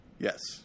Yes